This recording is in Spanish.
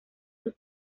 sus